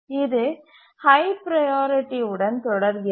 இது high priority உடன் தொடர்கிறது